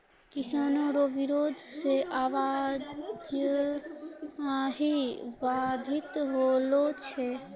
किसानो रो बिरोध से आवाजाही बाधित होलो छै